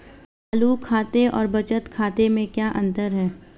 चालू खाते और बचत खाते में क्या अंतर है?